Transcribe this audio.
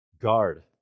Guard